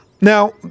Now